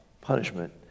punishment